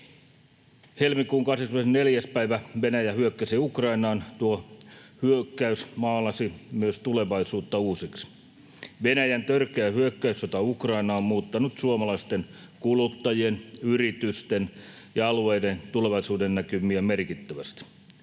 Helmikuun 24. päivä Venäjä hyökkäsi Ukrainaan. Tuo hyökkäys maalasi myös tulevaisuutta uusiksi. Venäjän törkeä hyökkäyssota Ukrainaan on muuttanut suomalaisten kuluttajien, yritysten ja alueiden tulevaisuudennäkymiä merkittävästi.